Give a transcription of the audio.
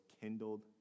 kindled